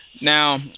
Now